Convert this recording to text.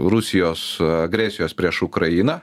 rusijos agresijos prieš ukrainą